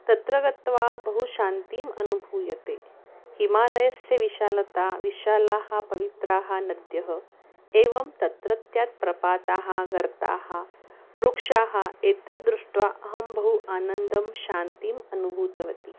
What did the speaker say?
तत्र गत्वा बहु शान्तिम् अनुभूयते हिमालयस्य विशालता विशालाः पवित्राः नद्यः एवं तत्रत्य प्रपाताः गर्ताः वृक्षाः एतत् दृष्ट्वा अहं बहु आनन्दं शान्तिम् अनुभूतवती